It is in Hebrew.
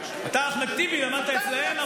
אתה, אחמד טיבי, למדת אצלם?